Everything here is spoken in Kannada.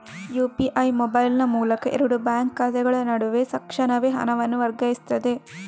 ಯು.ಪಿ.ಐ ಮೊಬೈಲಿನ ಮೂಲಕ ಎರಡು ಬ್ಯಾಂಕ್ ಖಾತೆಗಳ ನಡುವೆ ತಕ್ಷಣವೇ ಹಣವನ್ನು ವರ್ಗಾಯಿಸ್ತದೆ